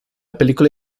película